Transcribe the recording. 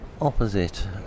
Opposite